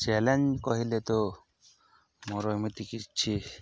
challenge କହିଲେ ତ ମୋର ଏମିତି କିଛି